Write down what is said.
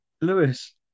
Lewis